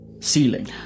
ceiling